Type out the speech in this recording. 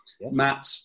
Matt